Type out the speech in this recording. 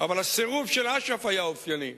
אבל הסירוב של אש"ף היה אופייני,